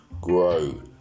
Grow